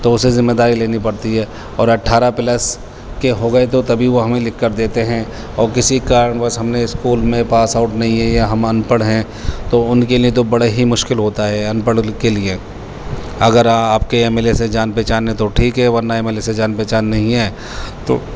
تو اسے ذمہ داری لینی پڑتی ہے اور اٹھارہ پلس کے ہو گئے تو تبھی وہ ہمیں لکھ کر دیتے ہیں اور کسی کارن بس ہم نے اسکول میں پاس آؤٹ نہیں ہیں یا ہم ان پڑھ ہیں تو ان کے لیے تو بڑا ہی مشکل ہوتا ہے ان پڑھ کے لیے اگر آپ کے ایم ایل اے سے جان پہچان ہے تو ٹھیک ہے ورنہ ایم ایل اے سے جان پہچان نہیں ہے تو